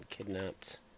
kidnapped